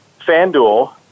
FanDuel